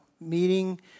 meeting